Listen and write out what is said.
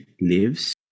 lives